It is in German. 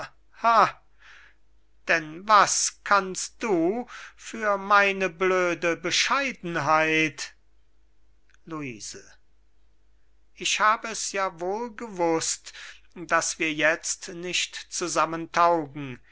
denn was kannst du für meine blöde bescheidenheit luise ich hab es ja wohl gewußt daß wir jetzt nicht zusammen taugen